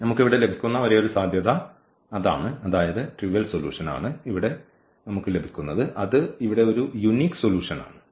നമുക്ക് ഇവിടെ ലഭിക്കുന്ന ഒരേയൊരു സാധ്യത അതാണ് അതായത് ട്രിവ്യൽ സൊല്യൂഷൻ ആണ് അത് ഇവിടെ ഒരു യൂണിക് സൊല്യൂഷൻ ആണ്